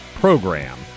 program